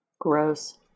gross